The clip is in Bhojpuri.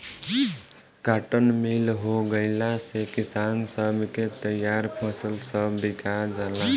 काटन मिल हो गईला से किसान सब के तईयार फसल सब बिका जाला